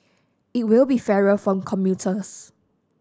it will be fairer for commuters